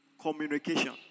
communication